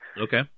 Okay